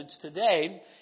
today